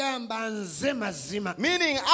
meaning